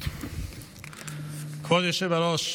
ברשות כבוד היושב-ראש,